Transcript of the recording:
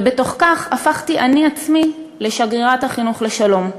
ובתוך כך, הפכתי אני עצמי לשגרירת החינוך לשלום.